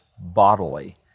bodily